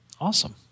awesome